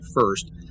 first